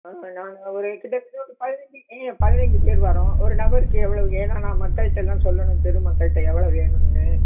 ஆ நாங்கள் ஒரு கிட்டத்தட்ட ஒரு பதினஞ்சு ஏங்க பதினஞ்சு பேர் வரோம் ஒரு நபருக்கு எவ்வளவு ஏன்னால் நான் மக்கள்கிட்டலாம் சொல்லணும் தெரு மக்கள்கிட்ட எவ்வளோ வேணும்னு